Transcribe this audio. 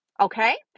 okay